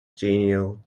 genial